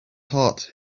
heart